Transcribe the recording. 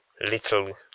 little